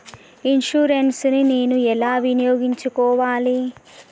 Insurance ని నేను ఎలా వినియోగించుకోవాలి?